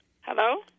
Hello